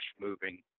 moving